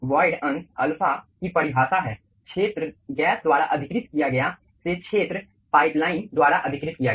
void अंश alpha की परिभाषा है क्षेत्र गैस द्वारा अधिकृत किया गया से क्षेत्र पाइप लाइन द्वारा अधिकृत किया गया